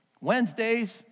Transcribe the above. Wednesdays